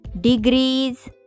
degrees